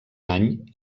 any